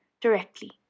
directly